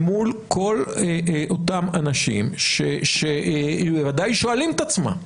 מול כל אותם אנשים שבוודאי שואלים את עצמם.